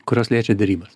kurios liečia derybas